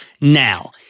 now